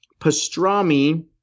pastrami